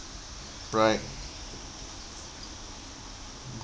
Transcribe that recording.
right